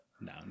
No